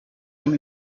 him